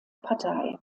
partei